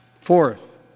Fourth